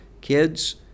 kids